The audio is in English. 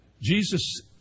Jesus